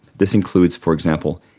this includes, for example,